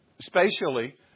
Spatially